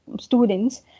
students